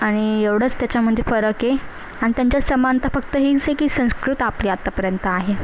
आणि एवढंच त्याच्या म्हणजे फरक आहे आणि त्यांच्यात समानता फक्त हीच आहे की संस्कृत आपली आतापर्यंत आहे